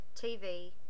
TV